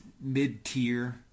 mid-tier